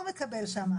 מקבל שם?